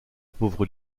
pauvre